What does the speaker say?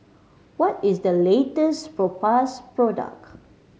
what is the latest Propass product